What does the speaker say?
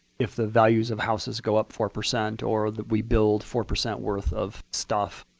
if the values of houses go up four percent or that we build four percent worth of stuff,